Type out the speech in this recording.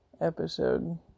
episode